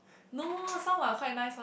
no some are quite nice